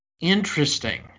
interesting